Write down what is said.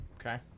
Okay